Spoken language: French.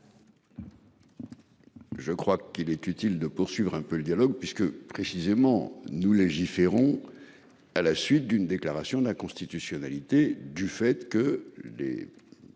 Je crois qu'il est utile de poursuivre un peu le dialogue puisque précisément nous légiférons. À la suite d'une déclaration d'inconstitutionnalité du fait que les.